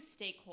stakeholders